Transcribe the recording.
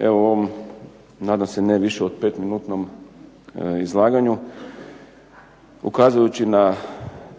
Evo u ovom, nadam se ne više od 5-minutnom izlaganju, ukazujući na